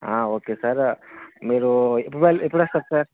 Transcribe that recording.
okay sir మీరు ఎప్పుడు బై ఎప్పుడు వస్తారు సార్